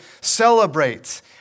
celebrate